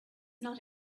not